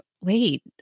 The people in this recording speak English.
wait